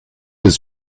his